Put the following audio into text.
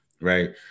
right